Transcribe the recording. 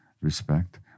Respect